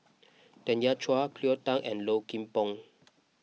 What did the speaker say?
Tanya Chua Cleo Thang and Low Kim Pong